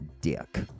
dick